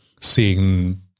seeing